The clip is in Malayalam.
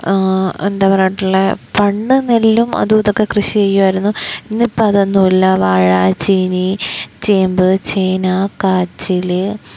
എന്താണ് പറയാനായിട്ടുള്ളത് പണ്ട് നെല്ലും അതുമിതുമൊക്കെ കൃഷി ചെയ്യുമായിരുന്നു ഇന്നിപ്പോള് അതൊന്നുമില്ല വാഴ ചീനി ചേമ്പ് ചേന കാച്ചില്